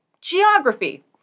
geography